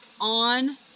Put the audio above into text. on